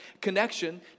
connection